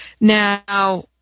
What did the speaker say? Now